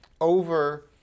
over